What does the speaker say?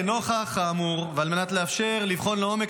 לנוכח האמור ועל מנת לאפשר לבחון לעומק